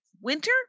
winter